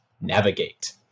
navigate